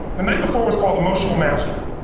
the night before was called emotional mastery.